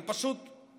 הם פשוט שקופים.